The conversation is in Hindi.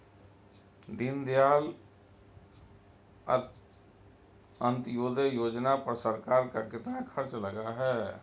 दीनदयाल अंत्योदय योजना पर सरकार का कितना खर्चा लगा है?